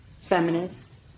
feminist